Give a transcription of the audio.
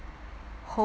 hold